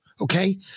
okay